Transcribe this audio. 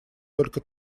только